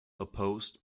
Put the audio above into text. opposed